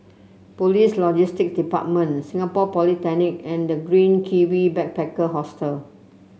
Police Logistics Department Singapore Polytechnic and The Green Kiwi Backpacker Hostel